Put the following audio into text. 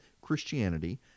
Christianity